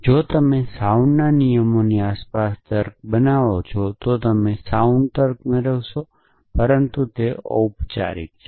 જો તમે સાઉન્ડના નિયમોની આસપાસ તર્ક બનાવો છો તો તમે તેને સાઉન્ડ તર્ક મેળવશો પરંતુ બધું ઑપચારિક છે